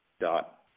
dot